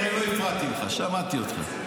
הרי אני לא הפרעתי לך, שמעתי אותך.